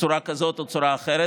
צורה כזאת או צורה אחרת.